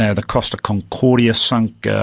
yeah the costa concordia sunk, ah